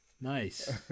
nice